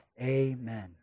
Amen